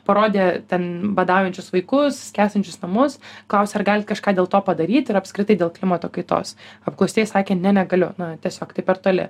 parodė ten badaujančius vaikus skęstančius namus klausė ar galit kažką dėl to padaryt ir apskritai dėl klimato kaitos apklaustieji sakė ne negaliu na tiesiog taip per toli